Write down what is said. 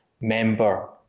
member